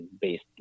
based